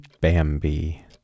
Bambi